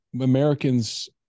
Americans